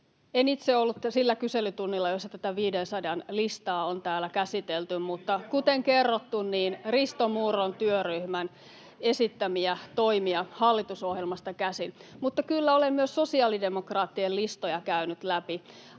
En itse ollut sillä kyselytunnilla, jossa tätä 500:n listaa on täällä käsitelty, [Antti Kurvisen välihuuto — Anne Kalmarin välihuuto] mutta kuten kerrottu, niin Risto Murron työryhmän esittämiä toimia hallitusohjelmasta käsin. Mutta kyllä olen myös sosiaalidemokraattien listoja käynyt läpi.